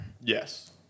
Yes